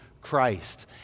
Christ